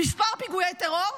כמה פיגועי טרור,